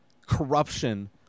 corruption